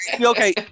Okay